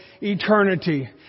eternity